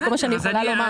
וכל מה שאני יכולה לומר.